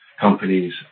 companies